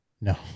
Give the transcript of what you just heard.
No